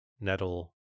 nettle